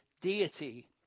deity